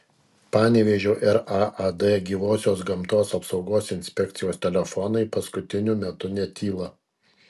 panevėžio raad gyvosios gamtos apsaugos inspekcijos telefonai paskutiniu metu netyla